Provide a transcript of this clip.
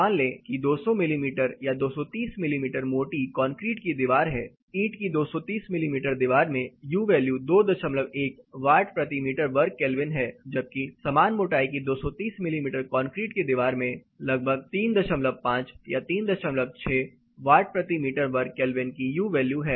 मान लें कि 200 मिमी या 230 मिमी मोटी कंक्रीट की दीवार है ईंट की 230 मिमी दीवार में U वैल्यू 21 वाट प्रति मीटर वर्ग केल्विन है जबकि समान मोटाई की 230 मिमी कंक्रीट की दीवार में लगभग 35 या 36 वाट प्रति मीटर वर्ग केल्विन की U वैल्यू है